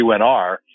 UNR